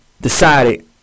decided